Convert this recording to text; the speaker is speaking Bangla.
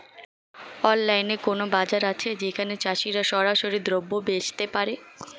অনলাইনে কোনো বাজার আছে যেখানে চাষিরা সরাসরি দ্রব্য বেচতে পারে?